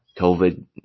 COVID